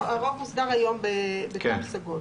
כי הרוב מוסדר היום בתו סגול.